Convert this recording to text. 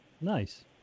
Nice